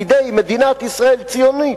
בידי מדינת ישראל ציונית,